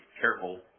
careful